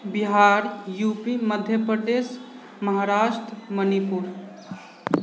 Bihar U P Madhya Pradesh Maharashtra Manipur